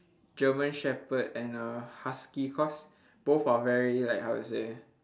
german shepherd and a husky cause both are very like how to say